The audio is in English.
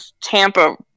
Tampa